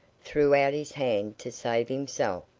threw out his hand to save himself,